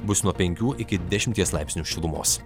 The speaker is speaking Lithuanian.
bus nuo penkių iki dešimties laipsnių šilumos